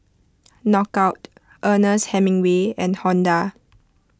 Knockout Ernest Hemingway and Honda